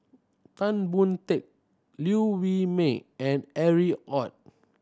Tan Boon Teik Liew Wee Mee and Harry Ord